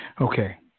Okay